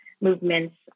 movements